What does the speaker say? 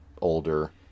older